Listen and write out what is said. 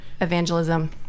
evangelism